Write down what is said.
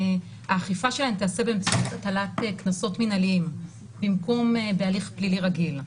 האכיפה שלהם תיעשה באמצעות הטלת קנסות מנהליים במקום בהליך פלילי רגיל.